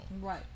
Right